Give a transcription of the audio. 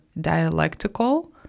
dialectical